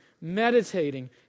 meditating